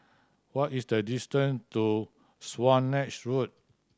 what is the distance to Swanage Road